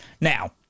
Now